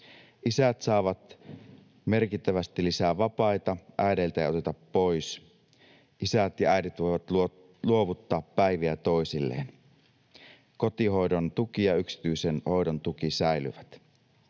Isät saavat merkittävästi lisää vapaita, äideiltä ei oteta pois. Isät ja äidit voivat luovuttaa päiviä toisilleen. Kotihoidon tuki ja yksityisen hoidon tuki säilyvät.